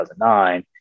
2009